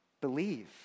believe